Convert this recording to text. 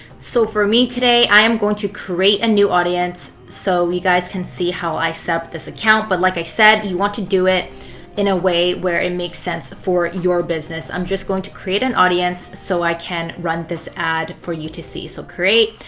so for me today, i am going to create a new audience so you guys can see how i set up this account. but like i said, you want to do it in a way where it makes sense for your business. i am um just going to create an audience so i can run this ad for you to see. so create.